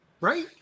Right